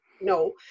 no